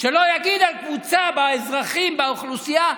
שלא יגיד על קבוצה באזרחים, באוכלוסייה: